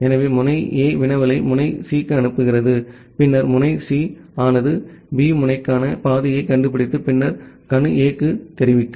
எனவே முனை A வினவலை முனை C க்கு அனுப்புகிறது பின்னர் முனை C ஆனது B முனைக்கான பாதையை கண்டுபிடித்து பின்னர் கணு A க்கு தெரிவிக்கும்